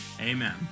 Amen